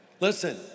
Listen